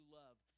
love